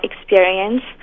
experience